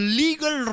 legal